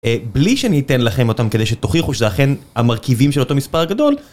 בלי שאני אתן לכם אותם כדי שתוכיחו שזה אכן המרכיבים של אותו מספר גדול